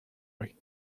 hoy